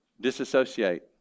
Disassociate